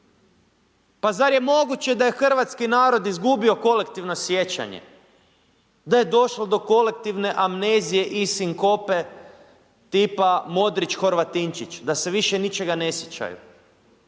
Pa zar je moguće da je hrvatski narod izgubio kolektivno sjećanje, da je došlo do kolektivne amnezije i sinkope tipa Modrić, Horvatinčić, da se više ničega ne sjećaju?